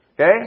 Okay